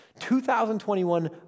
2021